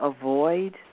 avoid